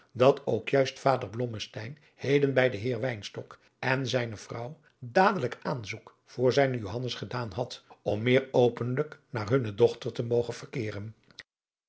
dat ook juist vader blommesteyn heden bij den heer wynstok en zijne vrouw dadelijk aanzoek voor zijnen johannes gedaan had om meer openlijk naar hunne dochter te mogen verkeeren